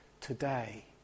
today